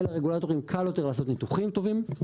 יהיה לרגולטורים קל יותר לעשות ניתוחים טובים.